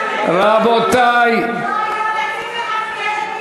רבותי, רבותי.